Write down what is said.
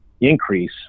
increase